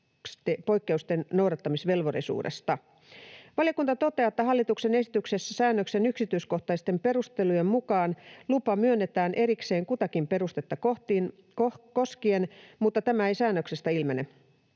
poikkeusten noudattamisvelvollisuudesta. Valiokunta toteaa, että hallituksen esityksessä säännöksen yksityiskohtaisten perustelujen mukaan lupa myönnetään erikseen kutakin perustetta koskien, mutta tämä ei säännöksestä ilmene.